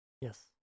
Yes